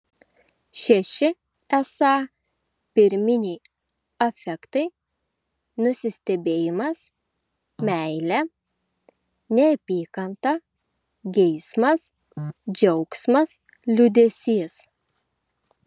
šeši esą pirminiai afektai nusistebėjimas meilė neapykanta geismas džiaugsmas liūdesys